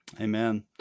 Amen